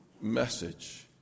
message